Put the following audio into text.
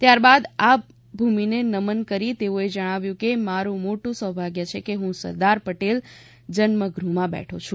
ત્યારબાદ આ ભૂમિને નમન કરી તેઓએ જણાવ્યું કે મારું મોટું સૌભાગ્ય છે હું સરદાર પટેલ જન્મ ગૃહમાં બેઠો છું